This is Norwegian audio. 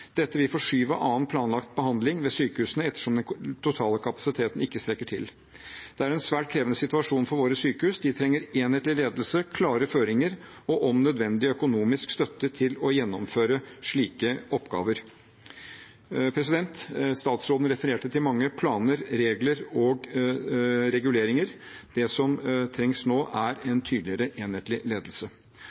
Dette vil forskyve annen planlagt behandling ved sykehusene, ettersom den totale kapasiteten ikke strekker til. Det er en svært krevende situasjon for våre sykehus. De trenger en enhetlig ledelse, klare føringer og – om nødvendig – økonomisk støtte til å gjennomføre slike oppgaver. Statsråden refererte til mange planer, regler og reguleringer. Det som trengs nå, er en tydeligere enhetlig ledelse.